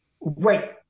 Right